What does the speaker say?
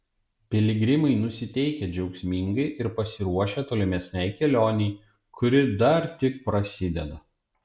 piligrimai nusiteikę džiaugsmingai ir pasiruošę tolimesnei kelionei kuri dar tik prasideda